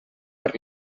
per